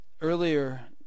earlier